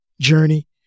journey